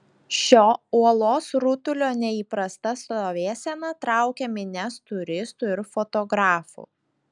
šio uolos rutulio neįprasta stovėsena traukia minias turistų ir fotografų